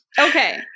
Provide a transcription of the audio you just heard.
Okay